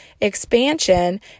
expansion